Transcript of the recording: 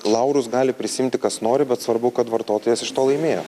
laurus gali prisiimti kas nori bet svarbu kad vartotojas iš to laimėjo